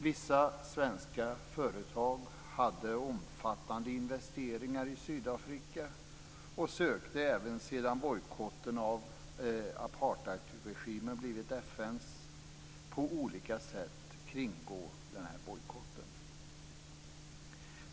Vissa svenska företag hade omfattande investeringar i Sydafrika och sökte även sedan bojkotten av apartheidregimen blivit FN:s på olika sätt kringgå bojkotten.